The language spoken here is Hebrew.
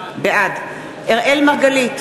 בעד אראל מרגלית,